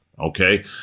okay